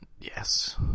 Yes